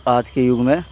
आज के युग में